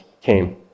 came